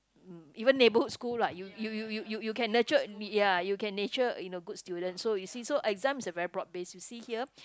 even neighbourhood school like you you you you you you can nurtured ya you can nature in a good student so you see so exam is a very broad base you see here